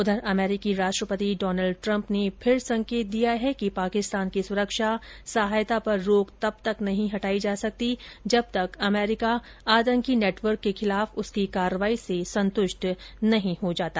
उधर अमरीकी राष्ट्रपति डॉनल्ड ट्रम्प ने फिर संकेत दिया है कि पाकिस्तान की सुरक्षा सहायता पर रोक तब तक नहीं हटाई जा सकती जब तक अमरीका आतंकी नेटवर्क के खिलाफ उसकी कार्रवाई से संतुष्ट नहीं हो जाता